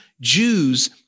Jews